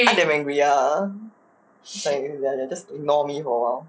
I damn angry ya !aiya! you just ignore me for a while